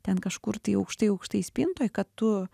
ten kažkur tai aukštai aukštai spintoj kad tu